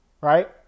right